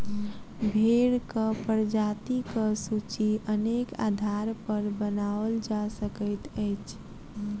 भेंड़क प्रजातिक सूची अनेक आधारपर बनाओल जा सकैत अछि